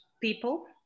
people